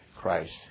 Christ